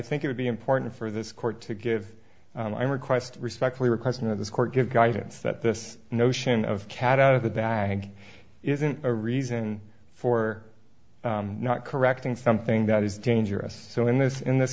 think it would be important for this court to give my request respectfully request that this court give guidance that this notion of cat out of the bag isn't a reason for not correcting something that is dangerous so in this in this